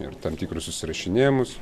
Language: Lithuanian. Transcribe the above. ir tam tikrus susirašinėjimus